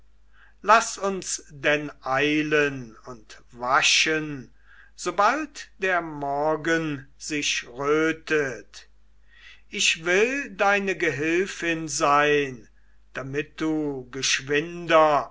laß uns denn eilen und waschen sobald der morgen sich rötet ich will deine gehilfin sein damit du geschwinder